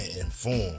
inform